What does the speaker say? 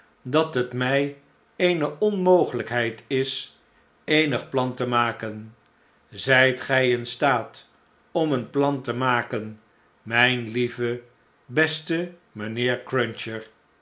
dat bet my eene onmogeiykheid is eenig plan te maken zp gn in staat om een plan te maken mp lieve beste mn'nheer cruncher